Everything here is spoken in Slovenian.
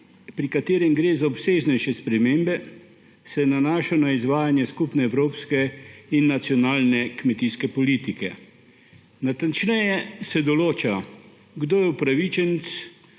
pri katerem gre za obsežnejše spremembe, se nanaša na izvajanje skupne evropske in nacionalne kmetijske politike. Natančneje se določa, kdo je upravičenec